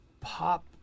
pop